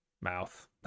mouth